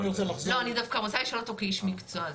אני דווקא רוצה לשאול אותו כאיש מקצוע.